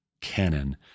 canon